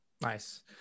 Nice